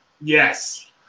Yes